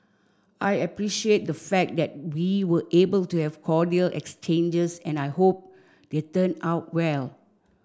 I appreciate the fact that we were able to have cordial exchanges and I hope they turn out well